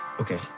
Okay